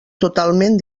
totalment